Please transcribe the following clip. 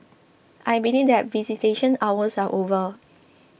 I believe that visitation hours are over